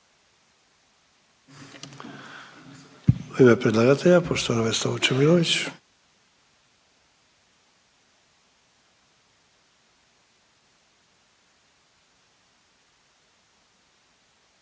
U ime predlagatelja poštovana Vesna Vučemilović.